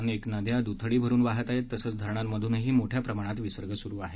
अनेक नद्या दुथडी भरुन वाहत आहेत तसंच धरणांमधूनही मोठ्या प्रमाणात विसर्ग सुरु आहे